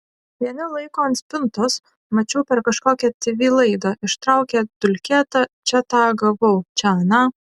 vieni laiko ant spintos mačiau per kažkokią tv laidą ištraukė dulkėtą čia tą gavau čia aną